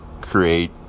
create